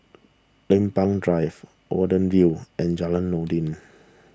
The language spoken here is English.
Lempeng Drive Watten View and Jalan Noordin